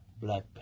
Black